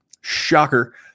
shocker